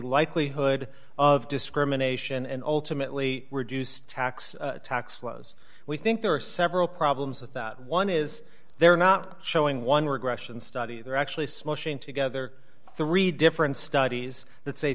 likelihood of discrimination and ultimately reduced tax tax flows we think there are several problems with that one is they're not showing one regression study their smushing together three different studies that say